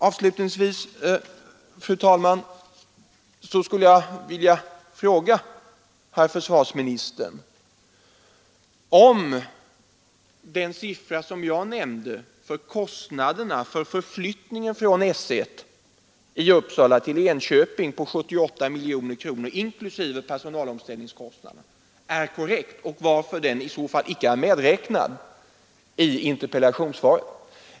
Avslutningsvis, fru talman, skulle jag vilja fråga herr försvarsministern om den siffra jag nämnde för kostnaderna för utflyttning från S 1 i Uppsala till Enköping på cirka 78 miljoner inklusive personalomställningskostnader är korrekt och varför den i så fall icke är medräknad i interpellationssvaret.